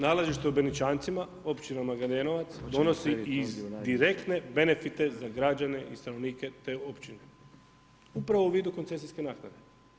Nalazište u Beničancima, općini Magadenovac, donosi iz direktne benefite za građane i stanovnike te opčine, upravo u vidu koncesijske naknade.